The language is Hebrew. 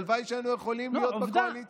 הלוואי שהיינו יכולים להיות בקואליציה.